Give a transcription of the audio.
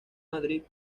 madrid